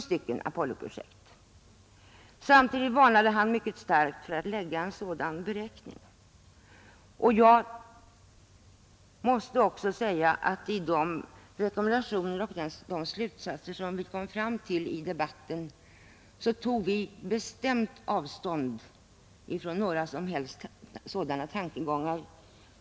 Samtidigt varnade han mycket starkt för att göra en sådan beräkning. I de rekommendationer och de slutsatser som kommissionen kom fram till tog vi också mycket bestämt avstånd från sådana tankegångar.